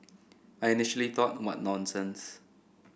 I initially thought what nonsense